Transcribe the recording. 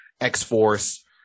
X-Force